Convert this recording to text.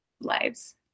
lives